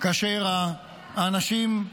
כאשר האנשים,